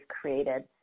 created